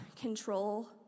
control